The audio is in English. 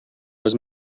was